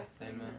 Amen